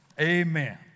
Amen